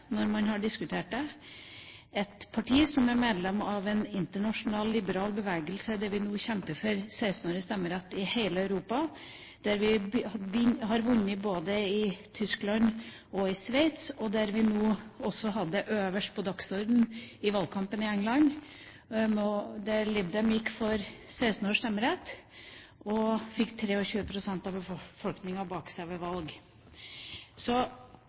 når man har diskutert det – et parti som er medlem av en internasjonal liberal bevegelse, der vi nå kjemper for stemmerett for 16-åringer i hele Europa, der vi har vunnet både i Tyskland og i Sveits, og der vi nå også hadde det øverst på dagsordenen i valgkampen i Storbritannia, der Lib Dem gikk for stemmerett for 16-åringer og fikk 23 pst. av befolkningen med seg ved